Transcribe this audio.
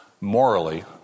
morally